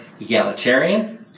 egalitarian